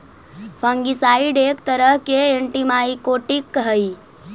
fungicide एक तरह के एंटिमाइकोटिक हई